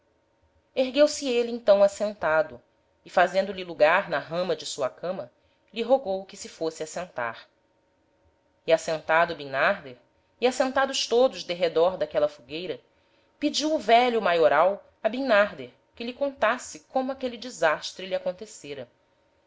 ergueu-se êle então assentado e fazendo-lhe lugar na rama de sua cama lhe rogou que se fosse assentar e assentado bimnarder e assentados todos derredor d'aquella fogueira pediu o velho maioral a bimnarder que lhe contasse como aquele desastre lhe acontecêra